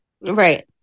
right